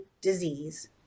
disease